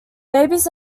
babies